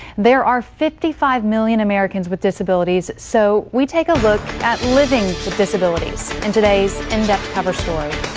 there are fifty five million americans with disabilities. so, we take a look at living with disabilities in today's in-depth cover story.